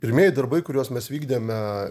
pirmieji darbai kuriuos mes vykdėme